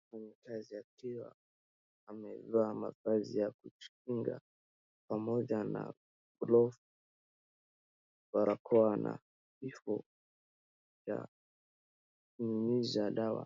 Mfanyakazi akiwa amevaa mavazi ya kujikinga pamoja na glovu, barakoa na vifaa ya kunyunyizia dawa